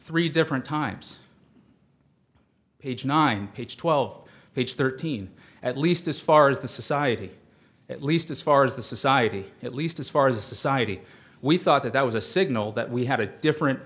three different times page nine page twelve page thirteen at least as far as the society at least as far as the society at least as far as a society we thought that that was a signal that we had a different